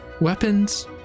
weapons